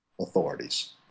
authorities